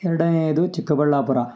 ಎರಡನೇದು ಚಿಕ್ಕಬಳ್ಳಾಪುರ